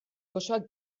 gozoak